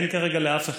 אין כרגע לאף אחד.